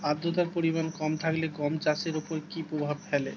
আদ্রতার পরিমাণ কম থাকলে গম চাষের ওপর কী প্রভাব ফেলে?